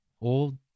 old